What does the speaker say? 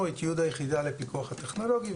את ייעוד היחידה לפיקוח הטכנולוגי,